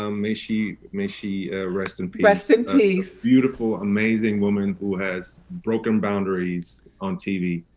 um may she may she rest and rest in peace. beautiful, amazing woman who has broke and boundaries on tv.